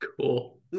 Cool